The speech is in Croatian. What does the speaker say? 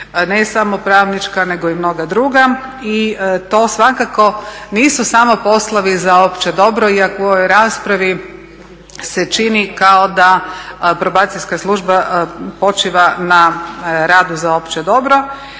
ne samo pravnička, nego i mnoga druga. I to svakako nisu samo poslovi za opće dobro, iako u ovoj raspravi se čini kao da probacijska služba počiva na radu za opće dobro